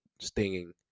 stinging